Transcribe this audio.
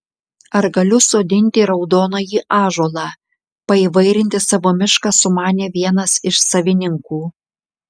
ar galiu sodinti raudonąjį ąžuolą paįvairinti savo mišką sumanė vienas iš savininkų